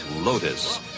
Lotus